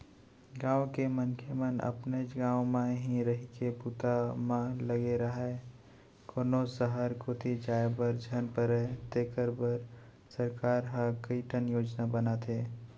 गाँव के मनखे मन अपनेच गाँव म ही रहिके बूता म लगे राहय, कोनो सहर कोती जाय बर झन परय तेखर बर सरकार ह कइठन योजना बनाथे